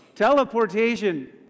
Teleportation